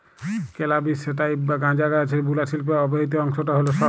ক্যালাবিস sativa বা গাঁজা গাহাচের বুলা শিল্পে ব্যাবহিত অংশট হ্যল সল